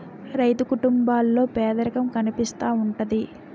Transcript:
రైతు కుటుంబాల్లో పేదరికం కనిపిస్తా ఉంటది